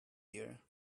here